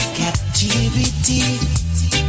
captivity